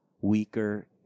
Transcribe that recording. weaker